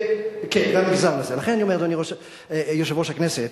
כן, לכן אני אומר, אדוני יושב-ראש הכנסת,